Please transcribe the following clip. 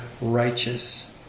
righteous